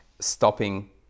stopping